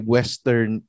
Western